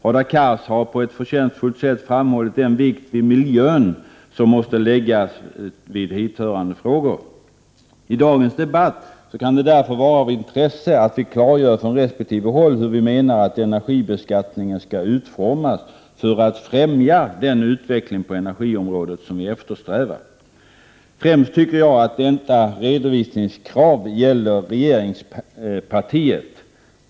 Hadar Cars har på ett förtjänstfullt sätt framhållit vilken vikt man måste lägga vid miljön i hithörande frågor. I dagens debatt kan det därför vara av intresse att vi klargör från resp. håll hur vi menar att energibeskattningen skall utformas för att främja den utveckling på energiområdet som vi eftersträvar. Främst tycker jag att detta redovisningskrav är tillämpligt på regeringspartiet.